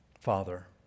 Father